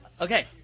Okay